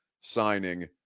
signing